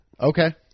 Okay